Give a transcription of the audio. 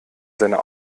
seiner